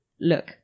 look